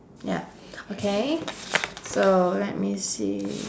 ya okay so let me see